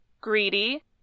greedy